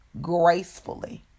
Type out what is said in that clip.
gracefully